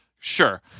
Sure